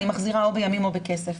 אני מחזירה או בימים או בכסף.